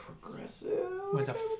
Progressive